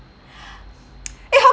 eh how